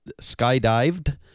skydived